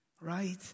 Right